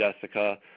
Jessica